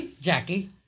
Jackie